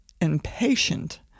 impatient